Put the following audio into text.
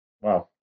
Wow